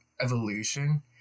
evolution